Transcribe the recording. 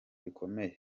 bikomeye